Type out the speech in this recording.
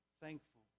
thankful